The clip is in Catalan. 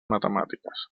matemàtiques